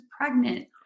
pregnant